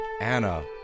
Anna